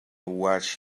watch